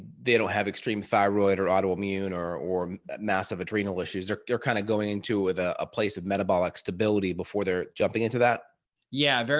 they don't have extreme thyroid or autoimmune or or massive adrenal issues, or they're kind of going into with a place of metabolic stability before they're jumping into that. yeah dr.